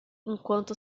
enquanto